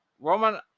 Roman